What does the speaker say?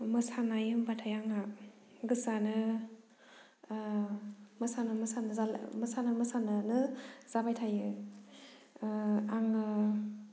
मोसानाय होनबाथाय आङो गोसोआनो मोसानो मोसानोनो जाबाय थायो आङो